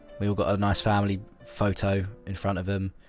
we all got a nice family. photo, in front of him.